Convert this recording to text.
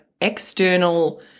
external